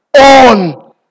on